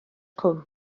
cwm